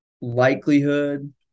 likelihood